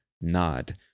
nod